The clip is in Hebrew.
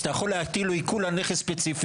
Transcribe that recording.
אז אתה יכול להטיל לו עיקול על נכס ספציפי,